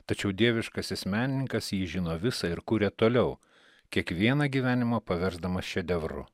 tačiau dieviškasis menininkas jį žino visą ir kuria toliau kiekvieną gyvenimą paversdamas šedevru